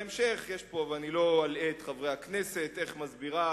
בהמשך יש, ואני לא אלאה את חברי הכנסת, איך מסבירה